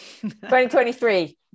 2023